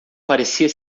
parecia